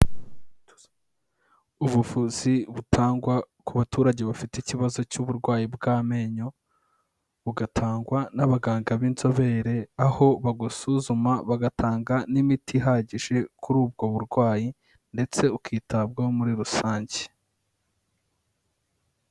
Ubuvuzi butangwa ku baturage bafite ikibazo cy'uburwayi bw'amenyo, bugatangwa n'abaganga b'inzobere, aho bagusuzuma, bagatanga n'imiti ihagije kuri ubwo burwayi ndetse ukitabwaho muri rusange.